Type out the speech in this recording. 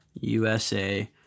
USA